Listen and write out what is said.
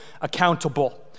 accountable